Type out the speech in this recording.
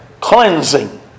cleansing